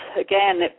again